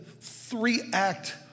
three-act